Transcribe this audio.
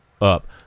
up